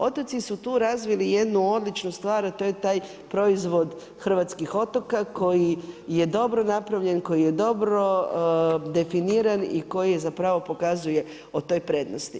Otoci su tu razvili jednu odličnu stvar a to je taj proizvod hrvatskih otoka koji je dobro napravljen, koji je dobro definiran i koji zapravo pokazuje o toj prednosti.